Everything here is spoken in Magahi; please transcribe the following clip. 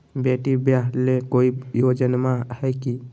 बेटी ब्याह ले कोई योजनमा हय की?